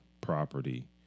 property